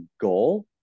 goal